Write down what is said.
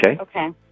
Okay